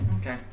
Okay